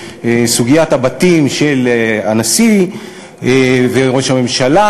סוגיית הבתים של הנשיא וראש הממשלה,